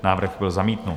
Návrh byl zamítnut.